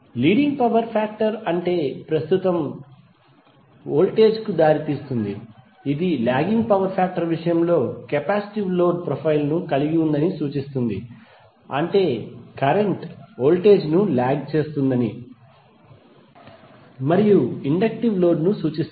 leading power factor అంటే current voltage కు దారితీస్తుంది ఇది లాగింగ్ పవర్ ఫ్యాక్టర్ విషయంలో కెపాసిటివ్ లోడ్ ప్రొఫైల్ను కలిగి ఉందని సూచిస్తుంది అంటే కరెంట్ వోల్టేజ్ ను లాగ్ చేస్తుందని మరియు ఇండక్టివ్ లోడ్ను సూచిస్తుంది